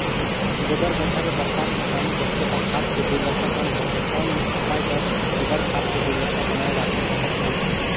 गोबर गढ्ढा ले बरसात मे पानी बहथे त खाद के गुणवत्ता कम होथे कौन उपाय कर गोबर खाद के गुणवत्ता बनाय राखे सकत हन?